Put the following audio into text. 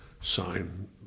sign